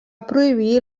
prohibir